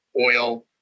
oil